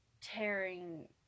tearing